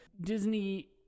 Disney